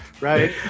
right